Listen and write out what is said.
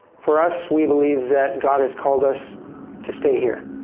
for us, we believe that god has called us to stay here.